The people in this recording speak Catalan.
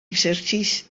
exercix